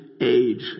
age